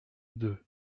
deux